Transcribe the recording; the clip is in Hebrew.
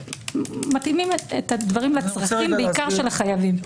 מתאימים את הדברים לצרכים בעיקר של החייבים.